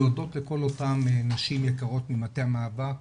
להודות לכל אותן הנשים היקרות ממטה המאבק.